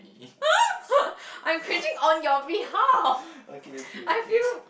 I'm cringing on your behalf I feel